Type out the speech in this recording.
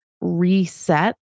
reset